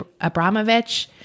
Abramovich